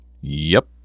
Yep